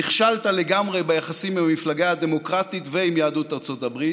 נכשלת לגמרי ביחסים עם המפלגה הדמוקרטית ועם יהדות ארצות הברית,